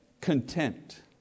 content